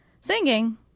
singing